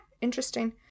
interesting